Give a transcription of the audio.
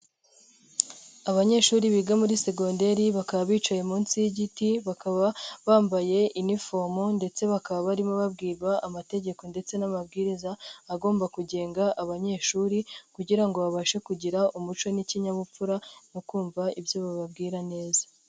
Abanyeshuri biga muri segoderi bakaba bicaye munsi y'igiti, bakaba bambaye iniforomo ndetse bakaba barimo babwiba amategeko ndetse n'amabwiriza agomba kugenga abanyeshuri kugira ngo babashe kugira umuco n'ikinyabupfura no kumva ibyo bababwira neza.